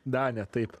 danė taip